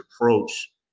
approach